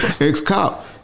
Ex-cop